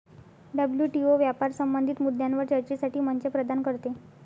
WTO व्यापार संबंधित मुद्द्यांवर चर्चेसाठी मंच प्रदान करते